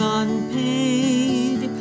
unpaid